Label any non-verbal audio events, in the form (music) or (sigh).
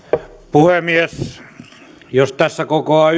puhemies jos tässä kokoaa (unintelligible)